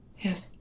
Yes